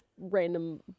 random